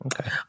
Okay